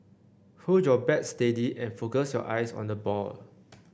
hold your bat steady and focus your eyes on the ball